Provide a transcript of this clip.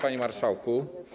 Panie Marszałku!